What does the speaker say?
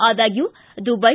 ಆದಾಗ್ಯೂ ದುಬೈ